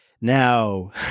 Now